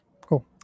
Cool